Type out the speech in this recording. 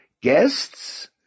guests